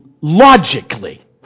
logically